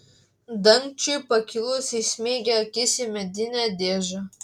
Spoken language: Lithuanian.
dangčiui pakilus įsmeigė akis į medinę dėžę